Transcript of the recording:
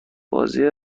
بازی